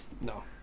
No